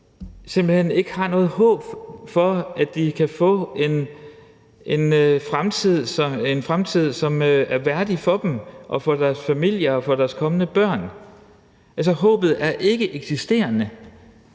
simpelt hen ikke har noget håb om, at de kan få en fremtid, som er værdig for dem og deres familier og deres kommende børn. Altså, håbet er ikkeeksisterende.